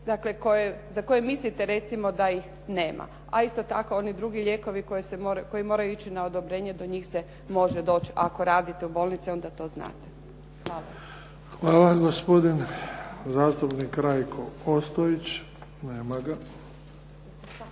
za koje mislite recimo da ih nema, a isto tako oni drugi lijekovi koji moraju ići na odobrenje do njih se može doći. Ako radite u bolnici, onda to znate. Hvala. **Bebić, Luka (HDZ)** Hvala. Gospodin zastupnik Rajko Ostojić. Nema ga.